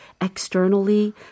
externally